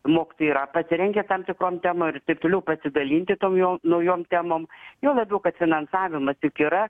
mokytojai yra pasirengę tam tikrom temom ir taip toliau pasidalinti tom naujom temom juo labiau kad finansavimas juk yra